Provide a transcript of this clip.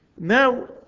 now